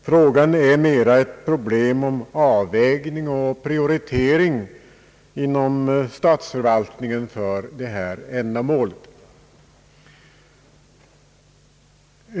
Det hela är mer en fråga om avvägning och prioritering inom statsförvaltningen för detta ändamål.